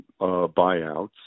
buyouts